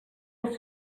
els